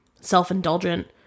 self-indulgent